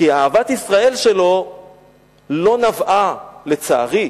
כי אהבת ישראל שלו לא נבעה, לצערי,